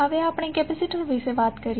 હવે આપણે કેપેસિટર વિશે વાત કરીએ